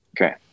Okay